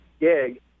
gig